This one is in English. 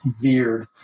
veered